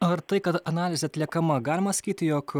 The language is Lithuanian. ar tai kad analizė atliekama galima sakyti jog